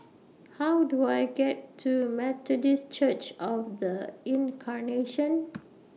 How Do I get to Methodist Church of The Incarnation